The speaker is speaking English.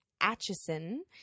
atchison